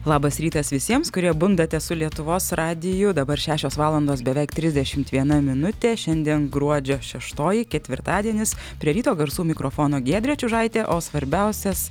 labas rytas visiems kurie bundate su lietuvos radiju dabar šešios valandos beveik trisdešimt viena minutė šiandien gruodžio šeštoji ketvirtadienis prie ryto garsų mikrofono giedrė čiužaitė o svarbiausias